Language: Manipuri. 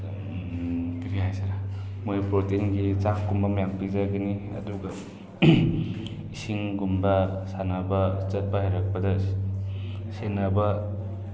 ꯀꯔꯤ ꯍꯥꯏꯁꯤꯔꯥ ꯃꯣꯏ ꯄ꯭ꯔꯣꯇꯤꯟꯒꯤ ꯆꯥꯛꯀꯨꯝꯕ ꯃꯌꯥꯝ ꯄꯤꯖꯒꯅꯤ ꯑꯗꯨꯒ ꯏꯁꯤꯡꯒꯨꯝꯕ ꯁꯥꯟꯅꯕ ꯆꯠꯄ ꯍꯩꯔꯛꯄꯗ ꯁꯦꯟꯅꯕ